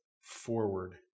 forward